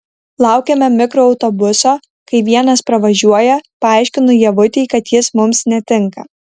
laukiame mikroautobuso kai vienas pravažiuoja paaiškinu ievutei kad jis mums netinka